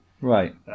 Right